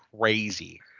crazy